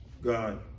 God